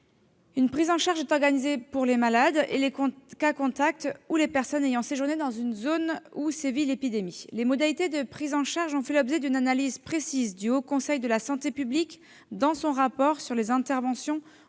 Une prise en charge est organisée pour les malades, les cas contacts et les personnes ayant séjourné dans une zone où sévit l'épidémie. Ses modalités ont fait l'objet d'une analyse précise du Haut Conseil de la santé publique dans son rapport sur les interventions